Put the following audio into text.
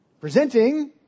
presenting